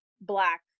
black